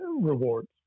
rewards